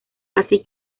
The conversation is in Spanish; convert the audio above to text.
así